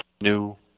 new